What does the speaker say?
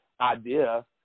idea